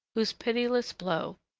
whose pitiless blow,